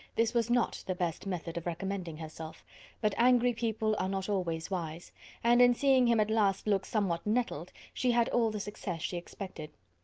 this was not the best method of recommending herself but angry people are not always wise and in seeing him at last look somewhat nettled, she had all the success she expected.